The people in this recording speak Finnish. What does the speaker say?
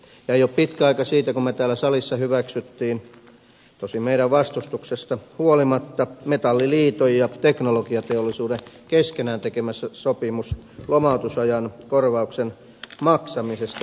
eikä ole pitkä aika siitä kun me täällä salissa hyväksyimme tosin meidän vastustuksestamme huolimatta metalliliiton ja teknologiateollisuuden keskenään tekemän sopimuksen lomautusajan korvauksen maksamisesta